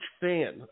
fan